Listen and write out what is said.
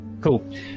Cool